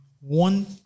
one